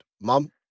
Mom